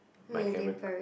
my camera